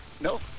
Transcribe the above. No